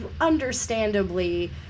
understandably